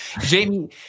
Jamie